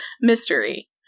mystery